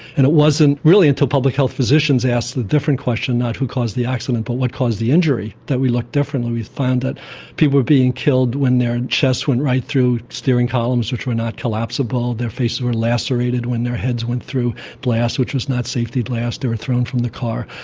and it wasn't really until public health physicians asked the different question, not who caused the accident but what caused the injury, that we looked differently, we found that people were being killed when their and chests went right through steering columns which were not collapsible, their faces were lacerated when their heads went through glass which was not safety glass, they were thrown from the car.